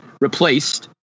replaced